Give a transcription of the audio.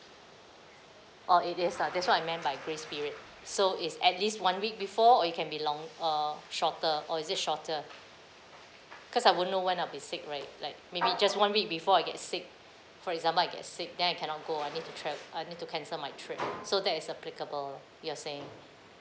oh it is lah that's what I meant by grace period so is at least one week before or it can be long~ uh shorter or is it shorter because I won't know when I'll be sick right like maybe just one week before I get sick for example I get sick then I cannot go I need to tra~ I need to cancel my trip so that is applicable you're saying